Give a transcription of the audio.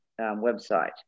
website